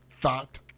Thought